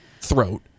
throat